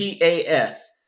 pas